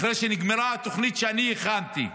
אחרי שנגמרה התוכנית שאני הכנתי,